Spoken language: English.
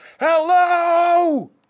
Hello